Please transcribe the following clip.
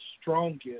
strongest